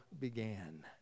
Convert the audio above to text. began